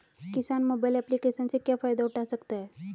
किसान mobile application से क्या फायदा उठा सकता है?